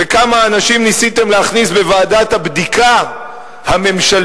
וכמה אנשים ניסיתם להכניס בוועדת הבדיקה הממשלתית,